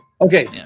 Okay